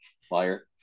Fire